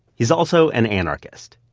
is also an anarchist.